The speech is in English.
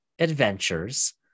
adventures